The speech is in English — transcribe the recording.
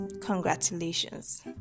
congratulations